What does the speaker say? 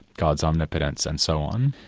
god's omnipotence and so on.